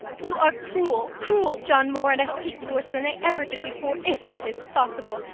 you are cruel, cruel, john moore, and i hate you worse than i ever did before, if that is possible.